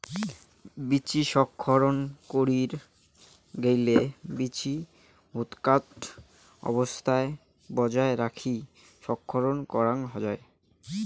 বীচি সংরক্ষণ করির গেইলে বীচি ভুতকান অবস্থাক বজায় রাখি সংরক্ষণ করাং যাই